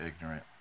ignorant